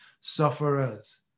sufferers